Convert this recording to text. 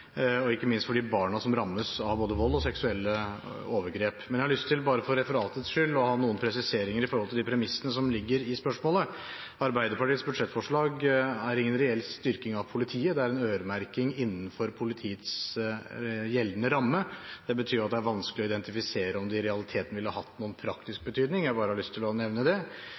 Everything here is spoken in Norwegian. og ikke minst de barna som rammes av både vold og seksuelle overgrep. Men jeg har lyst til, bare for referatets skyld, å komme med noen presiseringer av de premissene som ligger i spørsmålet. Arbeiderpartiets budsjettforslag er ingen reell styrking av politiet, det er en øremerking innenfor politiets gjeldende ramme. Det betyr at det er vanskelig å identifisere om det i realiteten ville hatt noen praktisk betydning. Jeg har bare lyst til å nevne det.